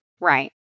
Right